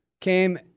came